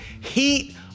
heat